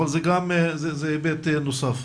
וזה היבט נוסף.